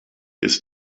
ist